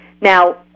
Now